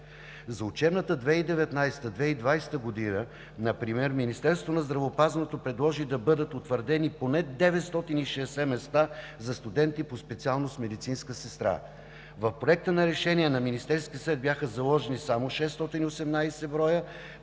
За учебната 2019 – 2020 г. Министерството на здравеопазването предложи да бъдат утвърдени поне 960 места за студенти по специалността „Медицинска сестра“. В Проекта на решение на Министерския съвет бяха заложени само 618 броя.